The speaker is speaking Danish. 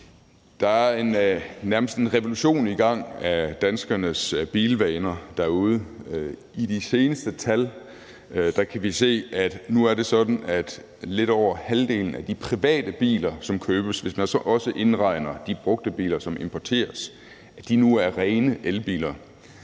Der er nærmest en revolution i gang, når det gælder danskernes bilvaner. Vi kan se af de seneste tal, at det nu er sådan, at lidt over halvdelen af de private biler, der købes – og man kan så også indregne de brugte biler, som importeres – er rene elbiler.